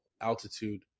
Altitude